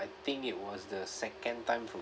I think it was the second time for